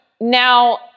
now